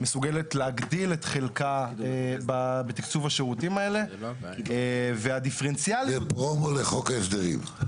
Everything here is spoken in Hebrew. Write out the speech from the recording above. מסוגלת להגדיל את חלקה בתקצוב השירותים האלה -- זה פרומו לחוק ההסדרים.